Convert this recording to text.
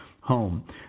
home